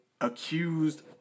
Accused